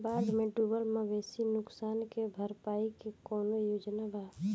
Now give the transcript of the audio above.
बाढ़ में डुबल मवेशी नुकसान के भरपाई के कौनो योजना वा?